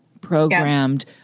programmed